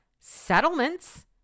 settlements